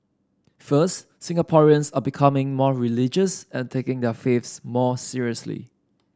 first Singaporeans are becoming more religious and taking their faiths more seriously